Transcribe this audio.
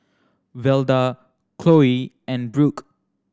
Velda Chloie and Brooke